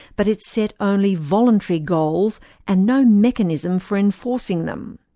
but it set only voluntary goals and no mechanism for enforcing them.